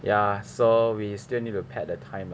ya so we still need to pet the time